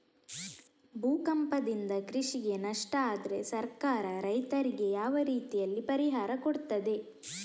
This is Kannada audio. ಭೂಕಂಪದಿಂದ ಕೃಷಿಗೆ ನಷ್ಟ ಆದ್ರೆ ಸರ್ಕಾರ ರೈತರಿಗೆ ಯಾವ ರೀತಿಯಲ್ಲಿ ಪರಿಹಾರ ಕೊಡ್ತದೆ?